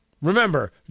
Remember